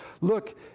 Look